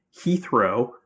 Heathrow